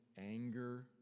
anger